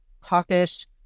hawkish